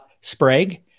Sprague